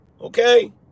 Okay